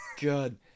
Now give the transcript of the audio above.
good